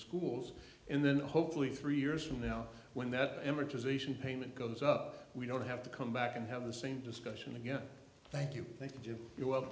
schools and then hopefully three years from now when that amortization payment goes up we don't have to come back and have the same discussion again thank you thank you jim you're wel